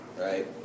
right